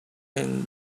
and